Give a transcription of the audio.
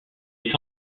est